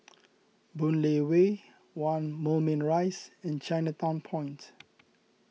Boon Lay Way one Moulmein Rise and Chinatown Point